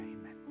amen